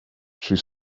she